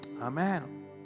Amen